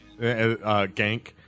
gank